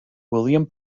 william